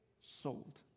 sold